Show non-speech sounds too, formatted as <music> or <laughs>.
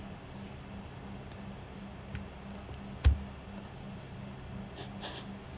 <laughs>